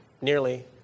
nearly